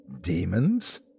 demons